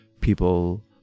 people